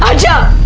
ah job.